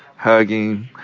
hugging